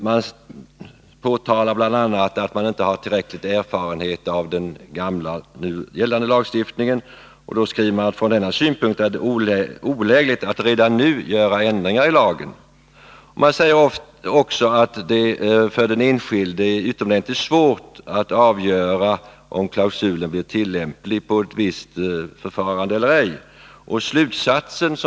Lagrådet påtalar bl.a. att man inte har tillräcklig erfarenhet av den nuvarande lagstiftningen, och man skriver: ”Från denna synpunkt är det olägligt att redan nu göra ändringar i lagen.” Lagrådet säger också att det för den enskilde är utomordentligt svårt att avgöra om klausulen blir tillämplig på ett visst förfarande eller ej.